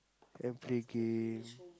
and play game